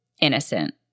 innocent